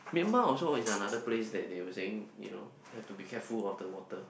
Myanmar also is another place that they were saying you know have to be careful of the water